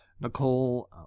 Nicole